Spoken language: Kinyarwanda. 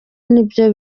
nibyo